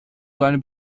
seine